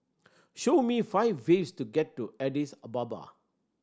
show me five ways to get to Addis Ababa